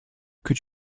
could